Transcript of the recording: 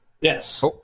Yes